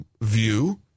view